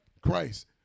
Christ